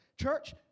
Church